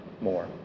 more